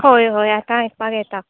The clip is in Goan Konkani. हय हय आतां आयकपा येता